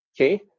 Okay